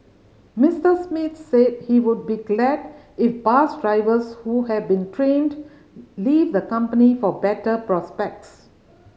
Mister Smith said he would be glad if bus drivers who have been trained leave the company for better prospects